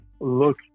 look